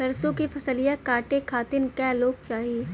सरसो के फसलिया कांटे खातिन क लोग चाहिए?